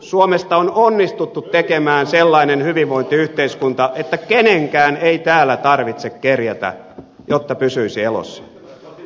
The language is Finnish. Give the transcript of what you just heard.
suomesta on onnistuttu tekemään sellainen hyvinvointiyhteiskunta että kenenkään ei täällä tarvitse kerjätä jotta pysyisi elossa